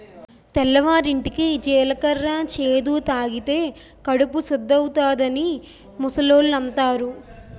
తెల్లవారింటికి జీలకర్ర చేదు తాగితే కడుపు సుద్దవుతాదని ముసలోళ్ళు అంతారు